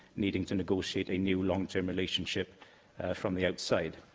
needing to negotiate a new, long-term relationship from the outside.